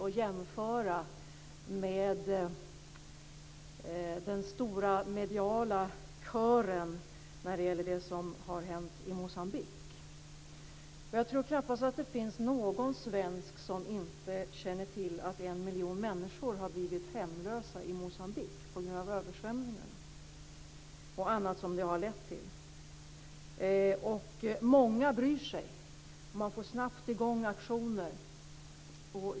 Jag har jämfört med den stora mediala kören när det gäller det som har hänt i Moçambique. Jag tror knappast att det finns någon svensk som inte känner till att en miljon människor har blivit hemlösa i Moçambique på grund av översvämningarna. Många bryr sig, och det går snabbt att få i gång aktioner.